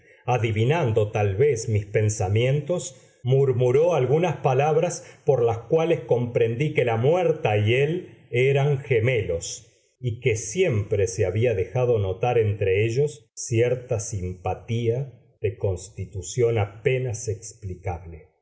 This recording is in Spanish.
adivinando tal vez mis pensamientos murmuró algunas palabras por las cuales comprendí que la muerta y él eran gemelos y que siempre se había dejado notar entre ellos cierta simpatía de constitución apenas explicable